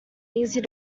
easy